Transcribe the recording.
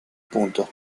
puntos